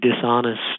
dishonest